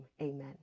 Amen